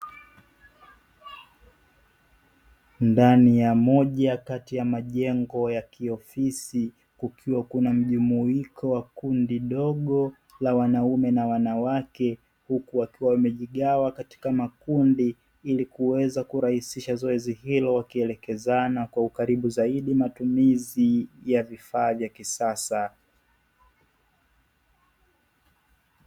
Ndani ya moja kati ya majengo ya kiofisi kukiwa kuna mjumuiko wa kundi dogo la wanaume na wanawake huku wakiwa wamejigawa katika makundi ili kuweza kurahisisha zoezi hilo wakielekezana kwa ukaribu zaidi matumizi ya vifaa vya kisasa.